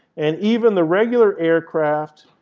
and even the regular aircraft,